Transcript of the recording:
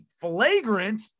flagrant